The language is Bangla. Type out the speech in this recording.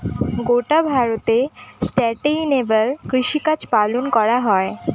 গোটা ভারতে সাস্টেইনেবল কৃষিকাজ পালন করা হয়